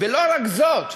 ולא רק זאת,